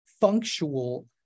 functional